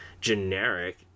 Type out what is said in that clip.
generic